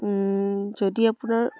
যদি আপোনাৰ